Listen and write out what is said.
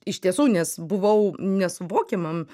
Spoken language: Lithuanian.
iš tiesų nes buvau nesuvokiamam